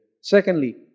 Secondly